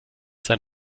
sein